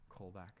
Callback